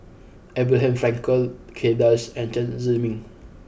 Abraham Frankel Kay Das and Chen Zhiming